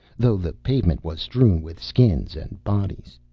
though the pavement was strewn with skins and bodies.